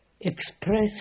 express